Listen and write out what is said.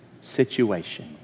situation